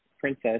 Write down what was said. princess